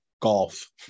golf